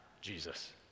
Jesus